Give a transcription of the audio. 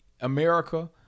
America